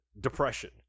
depression